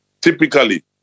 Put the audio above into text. Typically